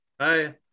Hi